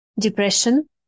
Depression